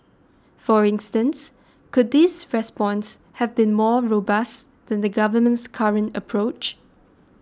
for instance could this response have been more robust than the government's current approach